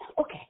Okay